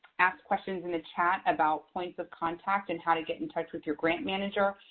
asked questions in the chat about points of contact and how to get in touch with your grant manager.